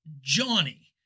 Johnny